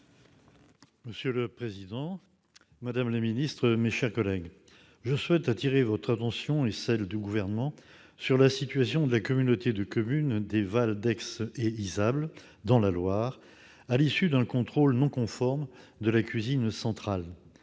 Monsieur le président, madame la secrétaire d'État, mes chers collègues, je souhaite attirer votre attention et celle du Gouvernement sur la situation de la communauté de communes des Vals d'Aix et Isable, dans la Loire, à l'issue d'un contrôle non conforme de la cuisine centrale.